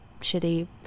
shitty